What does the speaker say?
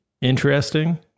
interesting